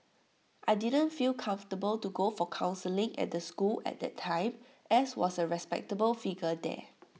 I didn't feel comfortable to go for counselling at the school at that time as was A respectable figure there